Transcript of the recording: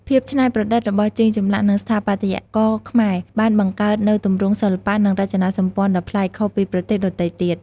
ភាពច្នៃប្រឌិតរបស់ជាងចម្លាក់ និងស្ថាបត្យករខ្មែរបានបង្កើតនូវទម្រង់សិល្បៈ និងរចនាសម្ព័ន្ធដ៏ប្លែក ខុសពីប្រទេសដទៃទៀត។